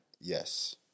Yes